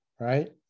right